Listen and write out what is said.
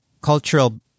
cultural